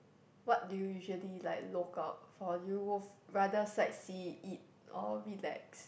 what do you usually like look out for do you wo~ rather sightsee eat or relax